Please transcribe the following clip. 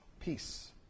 peace